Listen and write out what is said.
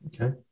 Okay